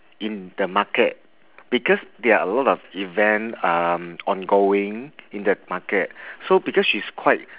in the market because there are a lot of event uh ongoing in the market so because she's quite